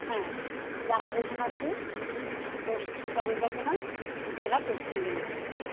হ্যাঁ গ্রাম রঘুনাথপুর পোস্ট চন্দ্রকোণা জেলা পশ্চিম মেদিনীপুর